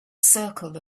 circle